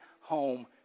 home